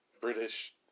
British